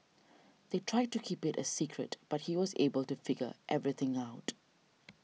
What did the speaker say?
they tried to keep it a secret but he was able to figure everything out